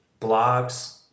blogs